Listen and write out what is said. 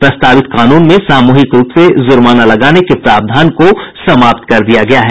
प्रस्तावित कानून में सामूहिक रूप से ज़र्माना लगाने के प्रावधान को समाप्त कर दिया गया है